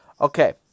Okay